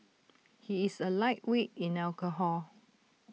he is A lightweight in alcohol